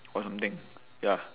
or something ya